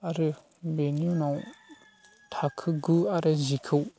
आरो बेनि उनाव थाखो गु आरो जिखौ